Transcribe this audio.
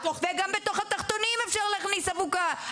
וגם בתוך התחתונים אפשר להכניס אבוקה.